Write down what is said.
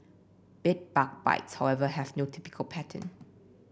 bed bug bites however have no typical pattern